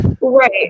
Right